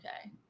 okay